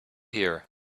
here